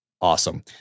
awesome